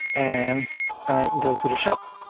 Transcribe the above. and i go to the shop,